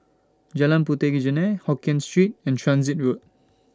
Jalan Puteh Jerneh Hokkien Street and Transit Road